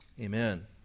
amen